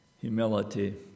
Humility